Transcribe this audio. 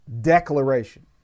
declaration